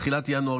תחילת ינואר,